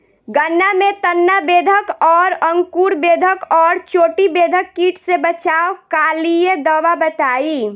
गन्ना में तना बेधक और अंकुर बेधक और चोटी बेधक कीट से बचाव कालिए दवा बताई?